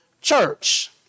church